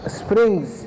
springs